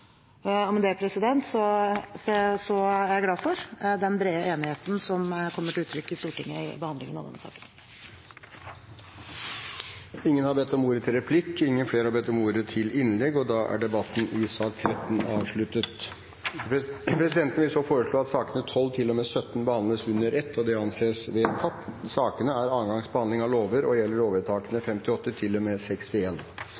sektor. Med det er jeg glad for den brede enigheten som kommer til uttrykk i Stortinget i behandlingen av denne saken. Flere har ikke bedt om ordet til sak nr. 13. Presidenten vil foreslå at sakene nr. 14–17 behandles under ett. – Det anses vedtatt. Sakene er annen gangs behandling av lovsaker og gjelder lovvedtakene